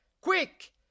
quick